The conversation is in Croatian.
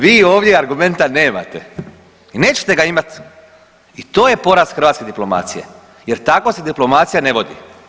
Vi ovdje argumenta nemate i nećete ga imati i to je poraz hrvatske diplomacije jer tako se diplomacija ne vodi.